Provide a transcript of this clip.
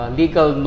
legal